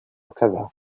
هكذا